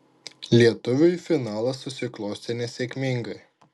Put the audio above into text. lietuviui finalas susiklostė nesėkmingai